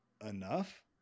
enough